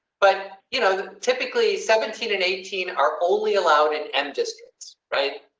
but, you know, typically, seventeen and eighteen are only allowed in and just right.